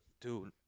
Dude